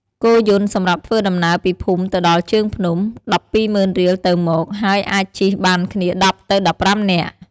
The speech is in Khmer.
គោយន្តសម្រាប់ធ្វើដំណើរពីភូមិទៅដល់ជើងភ្នំ ១២០,០០០រៀល (ទៅមក) ហើយអាចជិះបានគ្នា១០ទៅ១៥នាក់។